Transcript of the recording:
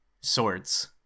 Swords